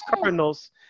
Cardinals